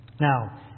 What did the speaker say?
Now